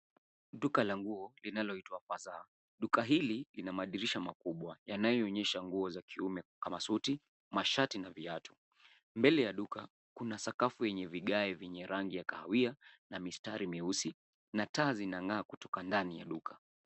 Duka la nguo, linaloitwa Fazal. Duka hili lina madirisha makubwa yanayoonyesha nguo za kiume kama vile suti, mashati na viatu. Mbele ya duka kuna sakafu yenye vigae vyenye rangi ya kahawia na mistari mieusi na taa zinang'aa kutoka ndani ya duka.